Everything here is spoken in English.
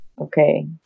okay